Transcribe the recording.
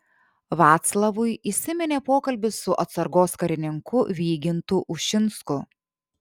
vaclavui įsiminė pokalbis su atsargos karininku vygintu ušinsku